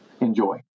enjoy